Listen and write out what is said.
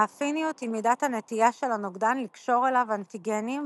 האפיניות היא מידת הנטייה של הנוגדן לקשור אליו אנטיגנים,